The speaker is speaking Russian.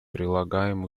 прилагаем